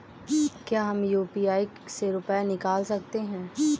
क्या हम यू.पी.आई से रुपये निकाल सकते हैं?